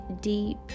deep